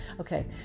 Okay